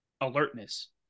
alertness